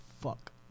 fuck